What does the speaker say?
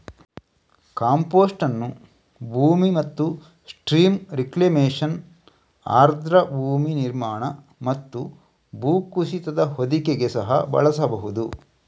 compost ಅನ್ನು ಭೂಮಿ ಮತ್ತು ಸ್ಟ್ರೀಮ್ ರಿಕ್ಲೇಮೇಶನ್, ಆರ್ದ್ರ ಭೂಮಿ ನಿರ್ಮಾಣ ಮತ್ತು ಭೂಕುಸಿತದ ಹೊದಿಕೆಗೆ ಸಹ ಬಳಸಬಹುದು